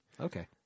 Okay